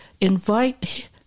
invite